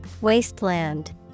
Wasteland